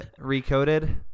recoded